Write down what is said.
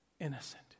innocent